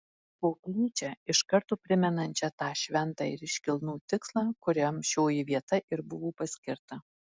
koplyčią iš karto primenančią tą šventą ir iškilnų tikslą kuriam šioji vieta ir buvo paskirta